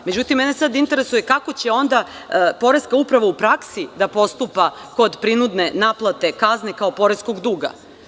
Međutim mene sad interesuje kako će onda poreska uprava u praksi da postupa kod prinudne naplate kazne kao poreskog duga.